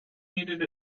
needed